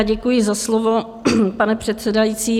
Děkuji za slovo, pane předsedající.